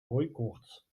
hooikoorts